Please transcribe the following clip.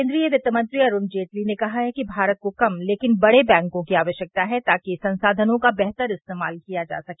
केन्द्रीय वित्त मंत्री अरूण जेटली ने कहा है कि भारत को कम लेकिन बड़े बैंकों की आवश्यकता है ताकि संसाधनों का बेहतर इस्तेमाल किया जा सके